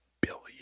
billion